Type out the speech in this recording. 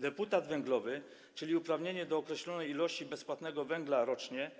Deputat węglowy, czyli uprawnienie do otrzymywania określonej ilości bezpłatnego węgla rocznie,